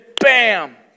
bam